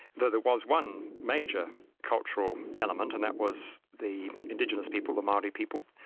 though there was one major cultural element and that was the indigenous people, the maori people,